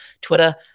Twitter